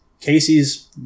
Casey's